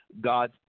God